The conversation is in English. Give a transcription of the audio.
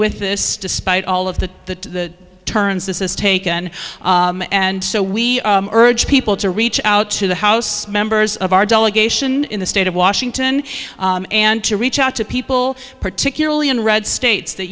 with this despite all of the turns this has taken and so we urge people to reach out to the house members of our delegation in the state of washington and to reach out to people particularly in red states that